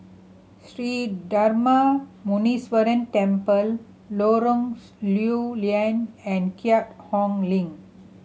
Sri Darma Muneeswaran Temple Lorong Lew Lian and Keat Hong Link